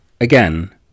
Again